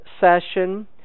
session